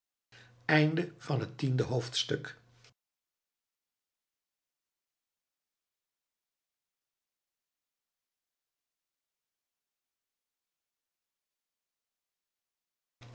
slot akkoord van het lied